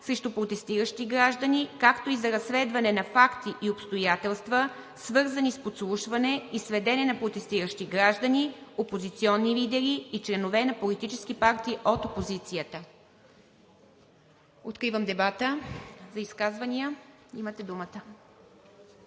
срещу протестиращи граждани, както и за разследване на факти и обстоятелства, свързани с подслушване и следене на протестиращи граждани, опозиционни лидери и членове на политически партии от опозицията.“ Откривам дебата за изказвания. Имате думата.